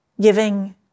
giving